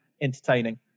entertaining